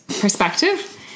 perspective